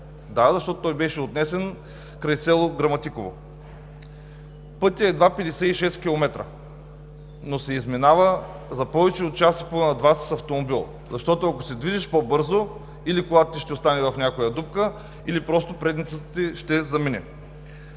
Да, защото той беше отнесен край село Граматиково. Пътят е едва 56 км, но се изминава за повече от час и половина-два с автомобил, защото, ако се движиш по-бързо или колата ти ще остане в някоя дупка, или просто предницата ти ще замине.